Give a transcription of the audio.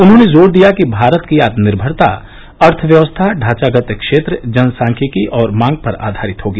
उन्हॉने जोर दिया कि भारत की आत्मनिर्मरता अर्थव्यवस्था ढांचागत क्षेत्र जनसांख्यिकी और मांग पर आधारित होगी